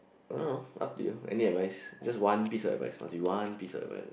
I don't know up to you any advice just one piece of advice must be one piece of advice